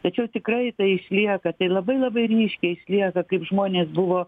tačiau tikrai tai išlieka tai labai labai ryškiai išlieka kaip žmonės buvo